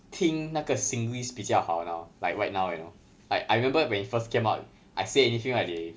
听那个 singlish 比较好 now like right now you know like I remember when it first came out I say anything right they